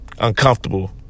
uncomfortable